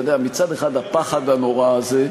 מצד אחד, הפחד הנורא הזה,